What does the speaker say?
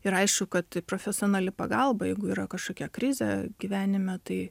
ir aišku kad profesionali pagalba jeigu yra kažkokia krizė gyvenime tai